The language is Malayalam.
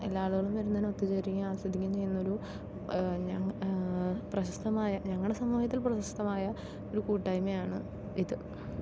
എല്ലാ ആളുകളും ഒത്തുചേരുകയും ആസ്വദിക്കുകയും ചെയ്യുന്നൊരു പ്രശസ്തമായ ഞങ്ങളെ സമൂഹത്തിൽ പ്രശസ്തമായ ഒരു കൂട്ടായ്മയാണ് ഇത്